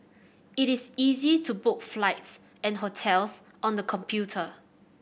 it is easy to book flights and hotels on the computer